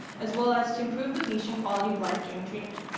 as well as to improve the patient quality of life during treatment.